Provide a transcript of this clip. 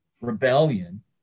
rebellion